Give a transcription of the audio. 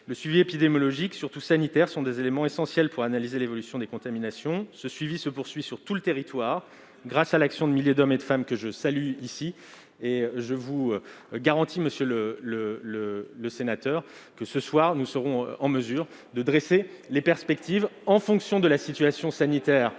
Le suivi épidémiologique et sanitaire est un élément essentiel pour analyser l'évolution des contaminations. Il faut conclure ! Ce suivi se poursuit sur tout le territoire grâce à l'action de milliers d'hommes et de femmes que je salue ici et je vous garantis, monsieur le sénateur, que ce soir nous serons en mesure de dresser les perspectives, en fonction de la situation sanitaire